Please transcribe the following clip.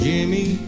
Jimmy